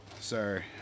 sorry